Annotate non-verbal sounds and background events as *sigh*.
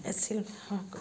এছিল *unintelligible*